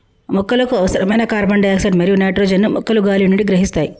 మొక్కలకు అవసరమైన carbon dioxide మరియు నైట్రోజన్ ను మొక్కలు గాలి నుండి గ్రహిస్తాయి